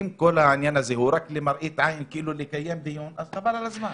אם כל העניין הזה הוא רק למראית עין כאילו לקיים דיון אז חבל על הזמן.